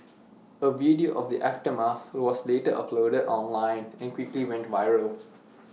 A video of the aftermath was later uploaded online and quickly went viral